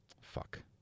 Fuck